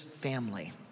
family